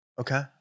Okay